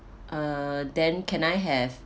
uh then can I have